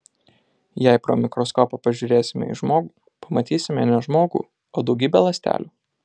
jei pro mikroskopą pažiūrėsime į žmogų pamatysime ne žmogų o daugybę ląstelių